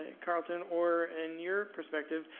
ah carlton, or in your perspective,